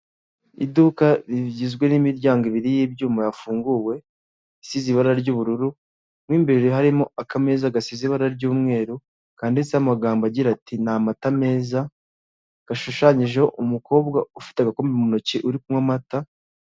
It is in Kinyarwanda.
iduka rigizwe n'imiryango ibiri y'ibyuma yafunguwe, isize ibara ry'ubururu, mu imbere harimo akameza gasize ibara ry'umweru, kanditseho amagambo agira ati ni amata meza, gashushanyijeho umukobwa ufite agakombe mu ntoki uri kunywa amata.